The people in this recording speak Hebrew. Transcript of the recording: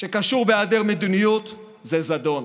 שקשור בהיעדר מדיניות זה זדון.